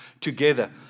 together